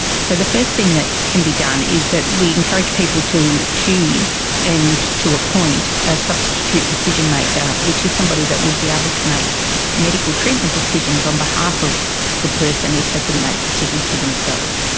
so the first thing that can be done is that we encourage people to choose and to appoint a substitute decision maker, which is somebody who would be able to make medical treatment decisions on behalf of the person if they couldn't make decisions for themselves.